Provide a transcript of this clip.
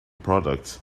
products